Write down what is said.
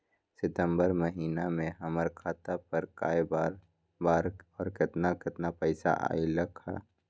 सितम्बर महीना में हमर खाता पर कय बार बार और केतना केतना पैसा अयलक ह?